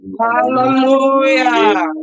Hallelujah